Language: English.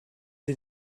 did